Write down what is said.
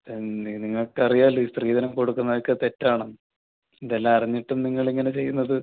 പിന്നെ നിങ്ങൾക്കറിയാല്ലോ സ്ത്രീധനം കൊടുക്കുന്നതൊക്കെ തെറ്റാണെന്ന് ഇതെല്ലാം അറിഞ്ഞിട്ടും നിങ്ങളിങ്ങനെ ചെയ്യുന്നത്